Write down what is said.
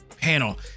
panel